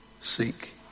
Seek